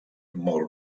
molt